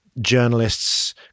journalists